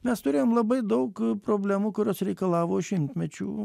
mes turėjom labai daug problemų kurios reikalavo šimtmečių